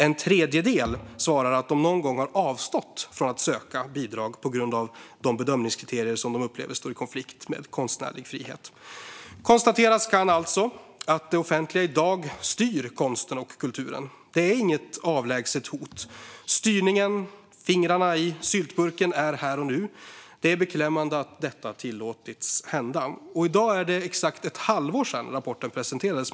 En tredjedel svarar att de någon gång har avstått från att söka bidrag på grund av de bedömningskriterier som de upplever står i konflikt med konstnärlig frihet. Konstateras kan alltså att det offentliga i dag styr konsten och kulturen. Det är inget avlägset hot. Styrningen, fingrarna i syltburken, är här och nu. Det är beklämmande att detta har tillåtits hända.I dag är det exakt ett halvår sedan rapporten presenterades.